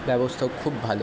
ব্যবস্থাও খুব ভালো